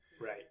Right